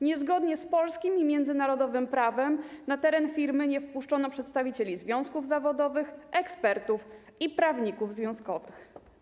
Niezgodnie z polskim i międzynarodowym prawem na teren firmy nie wpuszczono przedstawicieli związków zawodowych, ekspertów ani prawników związkowych.